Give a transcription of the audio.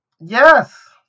yes